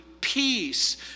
peace